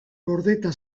gordeta